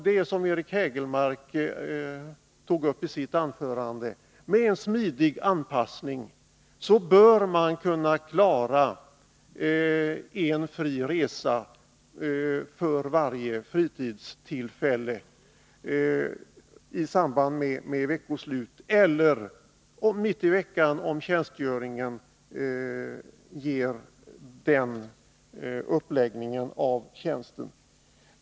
Såsom Eric Hägelmark tog uppi sitt anförande bör de värnpliktiga med en smidig anpassning kunna klara en fri resa för varje fritidstillfälle —i samband med veckoslut eller mitt i veckan om tjänstgöringen är så upplagd.